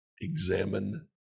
examine